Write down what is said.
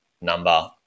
number